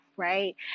Right